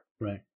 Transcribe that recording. Right